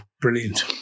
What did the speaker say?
brilliant